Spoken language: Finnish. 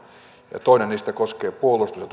toinen niistä koskee puolustus ja